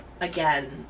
again